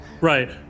Right